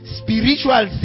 spiritual